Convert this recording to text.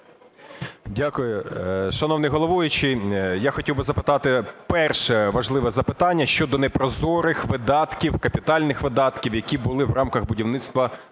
Дякую. Шановний головуючий, я хотів би запитати, перше важливе запитання щодо непрозорих видатків, капітальних видатків, які були в рамках будівництва,